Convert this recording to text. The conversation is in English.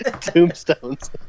tombstones